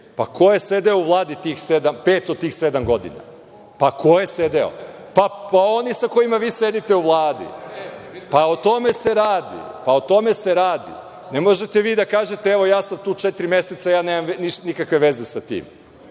Ko je sedeo u Vladi pet od tih sedam godina? Ko je sedeo? Oni sa kojima vi sedite u Vladi. O tome se radi. Ne možete vi da kažete – ja sam tu četiri meseca, nemam nikakve veze sa tim.